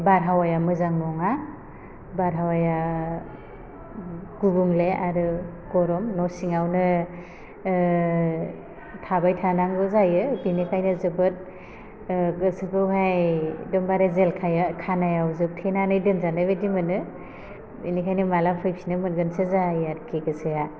बारहावाया मोजां नङा बारहावाया गुबुंले आरो गरम न' सिङावनो थाबाय थानांगौ जायो बेनिखायनो जोबोद गोसोखौहाय एदमबारे जेलखाया तानायाव जोबथेनानै दोनजानायबायदि मोनो बेनिखायो माला फैफिगोनसो जायो आरोखि गोसोआ